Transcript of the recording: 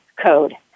code